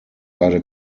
eine